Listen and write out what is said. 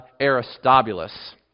Aristobulus